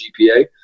GPA